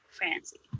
fancy